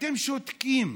ואתם שותקים.